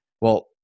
well-